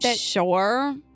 sure